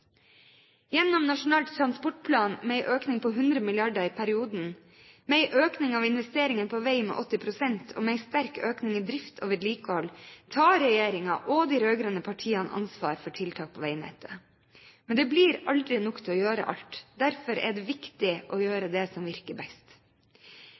Gjennom NTP, med en økning på 100 mrd. kr i perioden, med en økning av investeringene på vei med 80 pst., og med en sterk økning i drift og vedlikehold tar regjeringen og de rød-grønne partiene ansvar for tiltak på veinettet. Men det blir aldri nok til å gjøre alt. Derfor er det viktig å